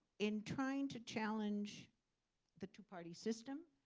in trying to challenge the two-party system,